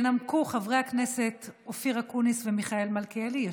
ינמקו חברי הכנסת אופיר אקוניס ומיכאל מלכיאלי.